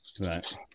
Right